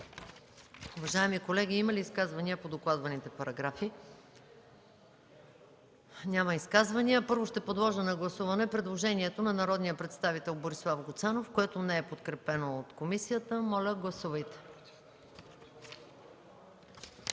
Уважаеми колеги, има ли изказвания по докладваните параграфи? Няма. Първо ще подложа на гласуване предложението на народния представител Борислав Гуцанов, което не е подкрепено от комисията. Моля, гласувайте.